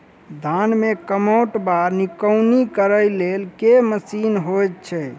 धान मे कमोट वा निकौनी करै लेल केँ मशीन होइ छै?